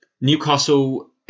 Newcastle